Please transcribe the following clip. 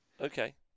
Okay